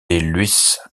luis